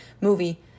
movie